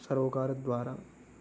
सर्वकारद्वारा